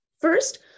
first